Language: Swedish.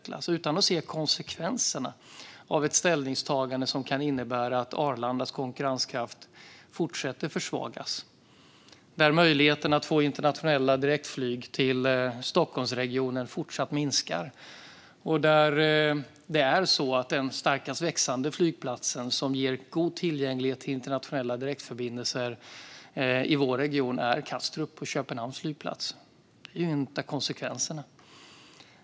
Detta har de gjort utan att se konsekvenserna av ett ställningstagande som kan innebära att Arlandas konkurrenskraft fortsätter att försvagas och att möjligheten att få internationella direktlinjer fortsätter att minska. Den starkast växande flygplatsen som ger god tillgänglighet till internationella förbindelser i vår region är nu Kastrup, Köpenhamns flygplats. Det är en av konsekvenserna.